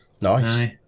nice